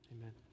Amen